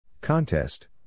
Contest